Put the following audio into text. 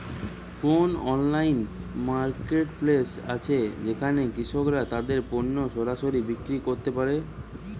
কোন online marketplace আছে যেখানে কৃষকরা তাদের পণ্য সরাসরি বিক্রি করতে পারে?